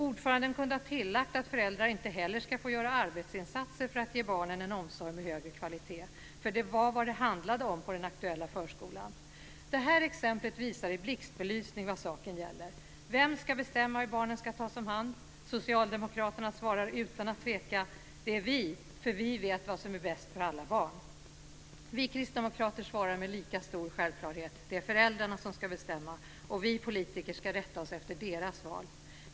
Ordföranden kunde ha tillagt att föräldrar inte heller ska få göra arbetsinsatser för att ge barnen en omsorg med högre kvalitet, för det var vad det handlade om på den aktuella förskolan. Det här exemplet visar i blixtbelysning vad saken gäller. Vem ska bestämma hur barnen ska tas om hand? Socialdemokraterna svarar utan att tveka: Det är vi, för vi vet vad som är bäst för alla barn. Vi kristdemokrater svarar med lika stor självklarhet: Det är föräldrarna som ska bestämma och vi politiker ska rätta oss efter deras val.